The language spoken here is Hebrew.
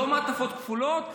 לא מעטפות כפולות.